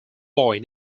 boy